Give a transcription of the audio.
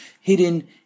hidden